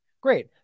Great